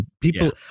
people